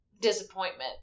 disappointment